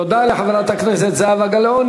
תודה לחברת הכנסת זהבה גלאון.